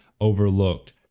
overlooked